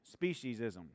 Speciesism